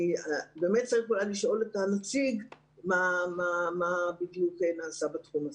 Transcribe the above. באמת צריך לשאול את הנציג של המשרד מה נעשה בתחום הזה.